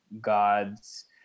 gods